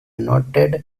noted